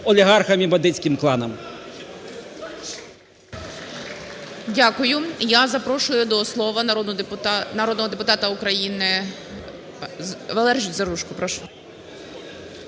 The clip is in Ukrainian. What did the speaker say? олігархам і бандитським кланам.